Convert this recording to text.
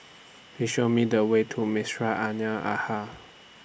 Please Show Me The Way to